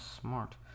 smart